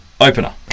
opener